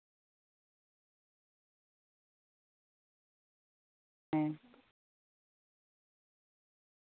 ᱦᱮᱸ